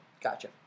Gotcha